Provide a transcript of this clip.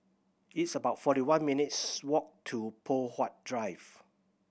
it's about forty one minutes' walk to Poh Huat Drive